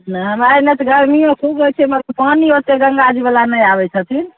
नहि हमरा एने तऽ गर्मीयो खुब होइ छै मर तऽ पानि ओते गंगा जी वला नहि आबै छथिन